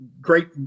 great